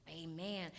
Amen